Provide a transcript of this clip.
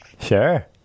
sure